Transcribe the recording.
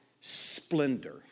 splendor